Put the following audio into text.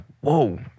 whoa